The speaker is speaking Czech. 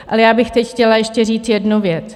Ale já bych teď chtěla ještě říct jednu věc.